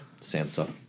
Sansa